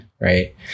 right